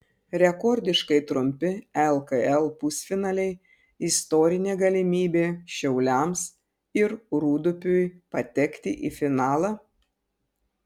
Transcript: rekordiškai trumpi lkl pusfinaliai istorinė galimybė šiauliams ir rūdupiui patekti į finalą